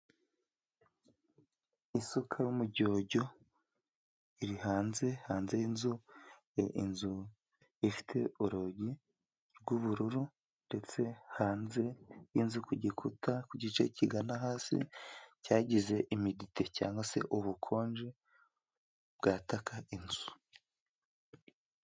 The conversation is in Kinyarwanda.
Isuka y'umujyojyo iri hanze, hanze y'inzu inzu ifite urugi rw'ubururu ndetse hanze y'inzu ku gikuta, ku gice kigana hasi cyagize imidite cyangwa se ubukonje bwataka inzu.